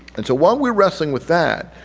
and so while we are wrestling with that,